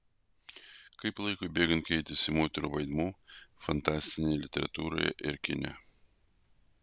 kaip laikui bėgant keitėsi moterų vaidmuo fantastinėje literatūroje ir kine